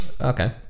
okay